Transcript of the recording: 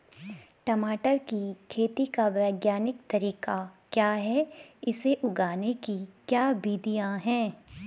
टमाटर की खेती का वैज्ञानिक तरीका क्या है इसे उगाने की क्या विधियाँ हैं?